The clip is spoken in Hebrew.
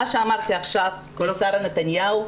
מה שאמרתי עכשיו לשרה נתניהו,